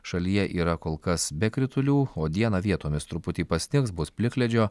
šalyje yra kol kas be kritulių o dieną vietomis truputį pasnigs bus plikledžio